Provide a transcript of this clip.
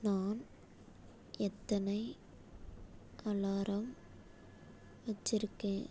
நான் எத்தனை அலாரம் வச்சுருக்கேன்